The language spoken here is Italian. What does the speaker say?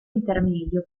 intermedio